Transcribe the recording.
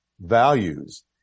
values